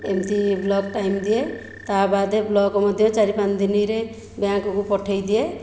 ଏମିତି block time ଦିଏ ତା' ବାଦ୍ ବ୍ଲକ୍ ମଧ୍ୟ ଚାରି ପାଞ୍ଚ ଦିନରେ ବ୍ୟାଙ୍କ୍କୁ ପଠାଇଦିଏ